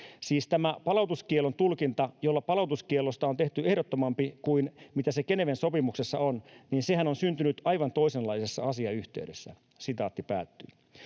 Siis tämä palautuskiellon tulkinta, jolla palautuskiellosta on tehty ehdottomampi kuin mitä se Geneven sopimuksessa on, niin sehän on syntynyt aivan toisenlaisessa asiayhteydessä.” Kun